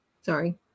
sorry